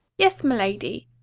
yes, my lady,